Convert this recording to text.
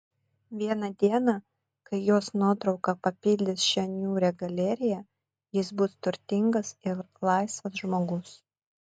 vieną dieną kai jos nuotrauka papildys šią niūrią galeriją jis bus turtingas ir laisvas žmogus